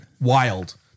Wild